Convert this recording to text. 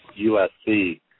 USC